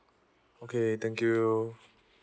okay thank you